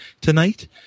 tonight